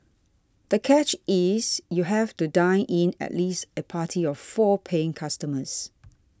the catch is you have to dine in at least a party of four paying customers